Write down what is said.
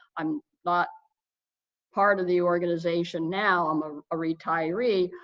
i'm not part of the organization now, i'm a retiree.